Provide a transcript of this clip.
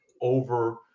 over